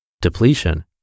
Depletion